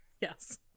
Yes